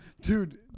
Dude